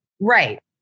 Right